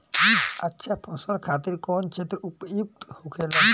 अच्छा फसल खातिर कौन क्षेत्र उपयुक्त होखेला?